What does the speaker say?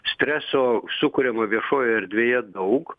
streso sukuriama viešojoje erdvėje daug